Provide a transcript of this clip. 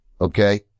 okay